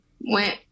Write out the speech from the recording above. went